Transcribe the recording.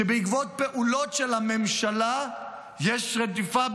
שבעקבות פעולות של הממשלה יש רדיפה,